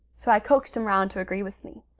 so i coaxed him round to agree with me.